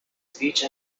speech